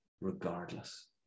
regardless